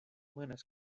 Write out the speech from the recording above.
mõnes